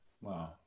Wow